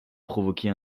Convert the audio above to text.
provoquer